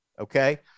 Okay